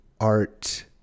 art